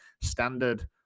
standard